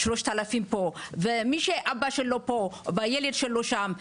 3,000 פה ומי שאבא שלו פה והילד שלו שם,